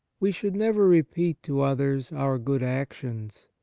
we should never re peat to others our good actions.